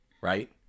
right